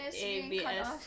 ABS